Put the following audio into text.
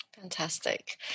Fantastic